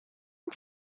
and